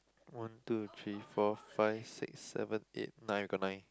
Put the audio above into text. one two three four fix six seven eight nine got nine